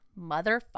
motherfucker